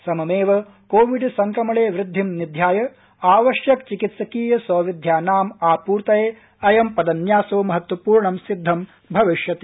सममेव कोविड संक्रमणे वृद्धि निध्याय आवश्यक चिकित्सकीय सौविध्यानाम् आपूर्तये अयं पदन्यासो महत्वपूर्ण सिद्धं भविष्यति